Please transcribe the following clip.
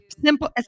simple